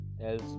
else